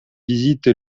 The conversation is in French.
visite